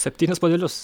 septynis puodelius